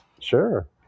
Sure